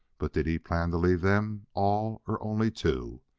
but did he plan to leave them all or only two?